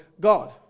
God